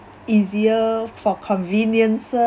easier for conveniences